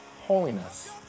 holiness